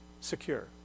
secure